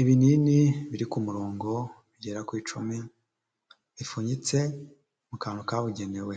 Ibinini biri ku murongo bigera ku icumi, bipfunyitse mu kantu kabugenewe,